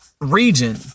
region